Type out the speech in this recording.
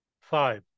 Five